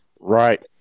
Right